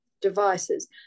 devices